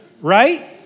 Right